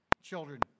children